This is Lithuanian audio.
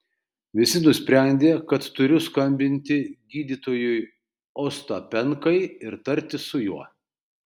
visi nusprendė kad turiu skambinti gydytojui ostapenkai ir tartis su juo